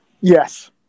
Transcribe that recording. Yes